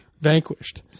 vanquished